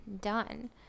done